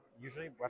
usually